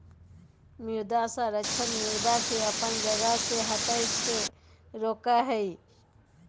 मृदा संरक्षण मृदा के अपन जगह से हठय से रोकय हइ